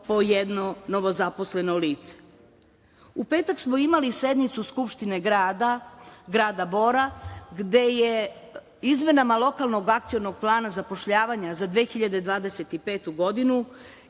po jedno novozaposleno lice.U petak smo imali sednicu Skupštine grada Bora, gde su izmenama lokalnog akcionog plana zapošljavanja za 2025. godinu